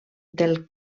del